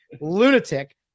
lunatic